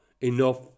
enough